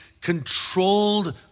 controlled